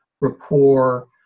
Rapport